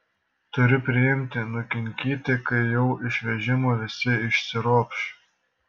turi priimti nukinkyti kai jau iš vežimo visi išsiropš